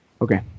Okay